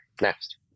next